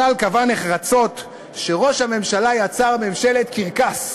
הנ"ל קבע נחרצות שראש הממשלה יצר ממשלת קרקס.